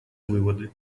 выводы